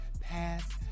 past